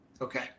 Okay